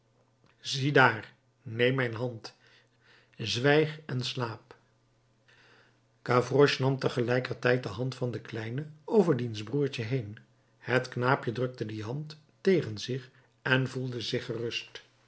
ziedaar neem mijn hand zwijg en slaap gavroche nam tegelijkertijd de hand van den kleine over diens broertje heen het knaapje drukte die hand tegen zich en voelde zich gerust